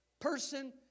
Person